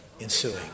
ensuing